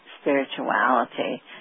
spirituality